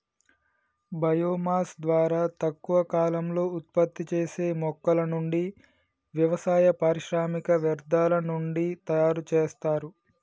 bio mass ద్వారా తక్కువ కాలంలో ఉత్పత్తి చేసే మొక్కల నుండి, వ్యవసాయ, పారిశ్రామిక వ్యర్థాల నుండి తయరు చేస్తారు